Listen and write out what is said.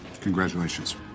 congratulations